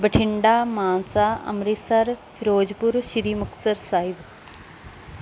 Bathinda Mansa Amritsar Firozpur Shri Muktsar Sahib